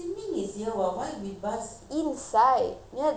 inside you know the crematorium